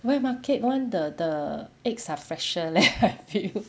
wet market [one] the the eggs are fresher leh I feel